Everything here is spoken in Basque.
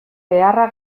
beharra